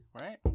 right